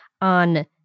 on